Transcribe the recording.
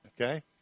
Okay